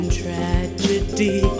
tragedy